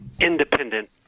independent